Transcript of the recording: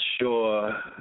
sure